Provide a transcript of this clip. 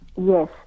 Yes